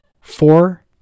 four